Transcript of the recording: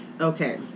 Okay